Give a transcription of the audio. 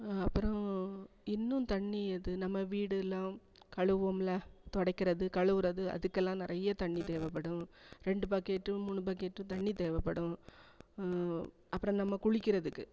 அப்புறம் இன்னும் தண்ணி எது நம்ம வீடெலாம் கழுவோம்ல துடைக்கிறது கழுவுறது அதுக்கெல்லாம் நிறைய தண்ணி தேவைப்படும் ரெண்டு பக்கெட்டு மூணு பக்கெட்டு தண்ணி தேவைப்படும் அப்புறம் நம்ம குளிக்கிறதுக்கு